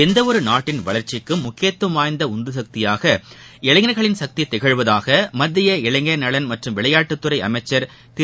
எந்தவொரு நாட்டின் வளர்ச்சிக்கு முக்கியத்துவம் வாய்ந்த உந்து சக்தியாக இளைஞர்களின் சக்தி திகழ்வதாக மத்திய இளைஞா்நலன் மற்றும் விளையாட்டுத்துறை அமைச்சா் திரு